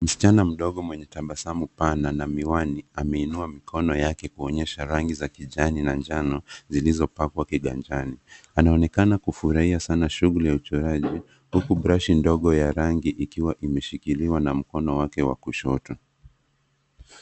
Msichana mdogo mwenye tabasamu pana na miwani, ameinua mikono yake kuonyesha rangi za kijani na njano, zilizopakwa kiganjani. Anaonekana kufurahia sana shughuli ya uchoraji, huku brashi ndogo ya rangi ikiwa imeshikiliwa na mkono wake wa kushoto.